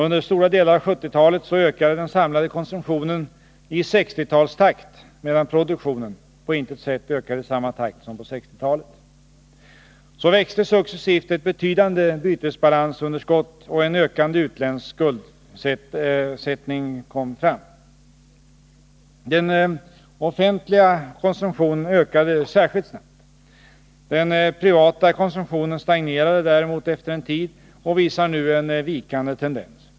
Under stora delar av 1970-talet ökade den samlade konsumtionen i 1960-talstakt, medan produktionen på intet sätt ökade i samma takt som på 1960-talet. Så växte successivt ett betydande bytesbalansunderskott och en ökande utländsk skuldsättning fram. Den offentliga konsumtionen ökade särskilt snabbt. Den privata konsumtionen stagnerade däremot efter en tid och visar nu en vikande tendens.